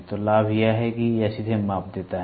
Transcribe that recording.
तो लाभ यह है कि यह सीधे माप देता है